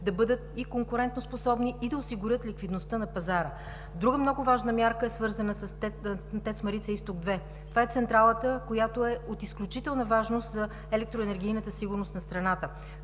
да бъдат и конкурентоспособни, и да осигурят ликвидността на пазара. Друга много важна мярка е свързана с ТЕЦ „Марица-изток 2“. Това е централата от изключителна важност за електроенергийната сигурност на страната.